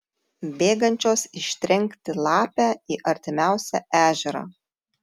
bėgančios ištrenkti lapę į artimiausią ežerą